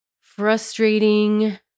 frustrating